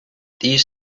these